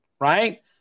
right